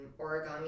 origami